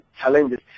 challenges